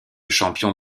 champion